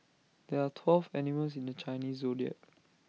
there are twelve animals in the Chinese Zodiac